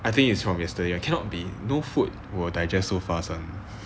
I think it's from yesterday I cannot be no food will digest so fast [one]